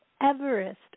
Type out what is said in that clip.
Everest